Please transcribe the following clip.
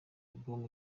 album